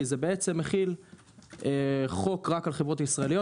זה בעצם מחיל חוק רק על חברות ישראליות,